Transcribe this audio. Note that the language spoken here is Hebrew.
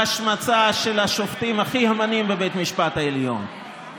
בהשמצה של השופטים הכי אמינים בבית משפט העליון,